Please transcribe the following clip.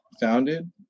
founded